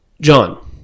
John